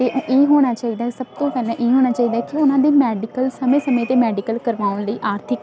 ਅਤੇ ਇਹ ਹੋਣਾ ਚਾਹੀਦਾ ਹੈ ਸਭ ਤੋਂ ਪਹਿਲਾਂ ਇਹ ਹੋਣਾ ਚਾਹੀਦਾ ਹੈ ਕਿ ਉਹਨਾਂ ਦੀ ਮੈਡੀਕਲ ਸਮੇਂ ਸਮੇਂ 'ਤੇ ਮੈਡੀਕਲ ਕਰਵਾਉਣ ਲਈ ਆਰਥਿਕ